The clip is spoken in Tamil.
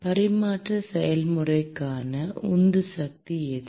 பரிமாற்ற செயல்முறைக்கான உந்து சக்தி எது